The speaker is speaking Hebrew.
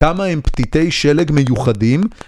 כמה הם פתיתי שלג מיוחדים